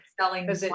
selling